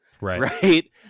right